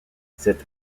cette